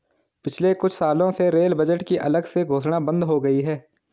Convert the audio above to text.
पिछले कुछ सालों में रेल बजट की अलग से घोषणा बंद हो गई है